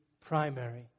primary